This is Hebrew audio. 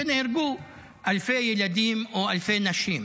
ונהרגו אלפי ילדים או אלפי נשים,